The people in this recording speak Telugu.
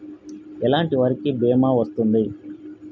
ఎలాంటి వాటికి బీమా వస్తుంది?